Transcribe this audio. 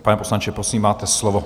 Pane poslanče, prosím, máte slovo.